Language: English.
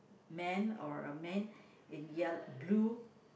man or a man in yell~ blue